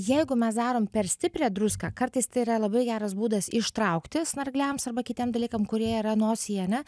jeigu mes darom per stiprią druską kartais tai yra labai geras būdas ištraukti snargliams arba kitiem dalykam kurie yra nosyje ane